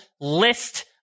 list